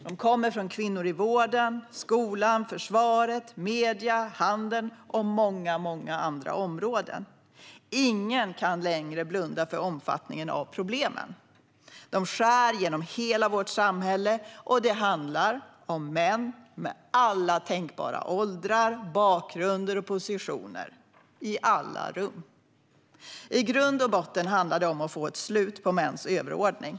De kommer från kvinnor i vården, skolan, försvaret, medierna och handeln och på många andra områden. Ingen kan längre blunda för omfattningen av problemen. De skär genom hela vårt samhälle, och det handlar om män med alla tänkbara åldrar, bakgrunder och positioner, i alla rum. I grund och botten handlar det om att få ett slut på mäns överordning.